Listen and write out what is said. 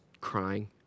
crying